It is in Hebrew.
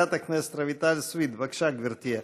חברת הכנסת רויטל סויד, בבקשה, גברתי.